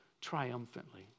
triumphantly